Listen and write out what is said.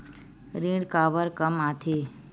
ऋण काबर कम आथे?